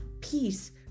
peace